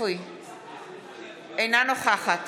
אינה נוכחת